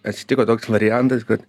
atsitiko toks variantas kad